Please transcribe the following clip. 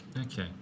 Okay